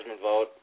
vote